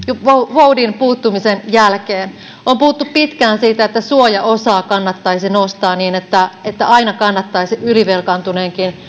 voudin puuttumisen jälkeen on puhuttu pitkään siitä että suojaosaa kannattaisi nostaa niin että aina kannattaisi ylivelkaantuneenkin